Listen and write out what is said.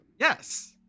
Yes